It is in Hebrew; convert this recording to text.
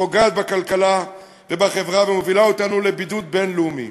פוגעת בכלכלה ובחברה ומובילה אותנו לבידוד בין-לאומי.